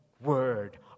word